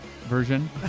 version